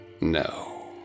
No